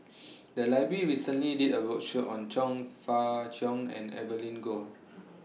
The Library recently did A roadshow on Chong Fah Cheong and Evelyn Goh